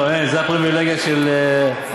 לא, אין, זה הפריווילגיה של השרים.